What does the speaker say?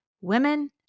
Women